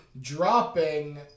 dropping